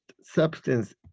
substance